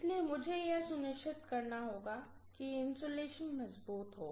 इसलिए मुझे यह सुनिश्चित करना होगा कि इन्सुलेशन मजबूत हो